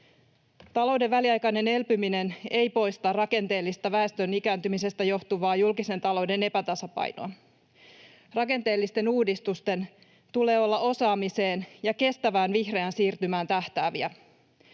Talouden väliaikainen elpyminen ei poista rakenteellista väestön ikääntymisestä johtuvaa julkisen talouden epätasapainoa. Rakenteellisten uudistusten tulee olla osaamiseen ja kestävään vihreään siirtymään tähtääviä.